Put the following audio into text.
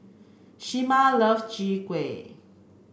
Shamar love Chai Kueh